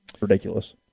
ridiculous